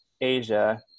Asia